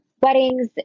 weddings